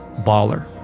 baller